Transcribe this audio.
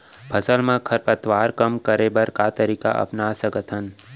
फसल मा खरपतवार कम करे बर का तरीका अपना सकत हन?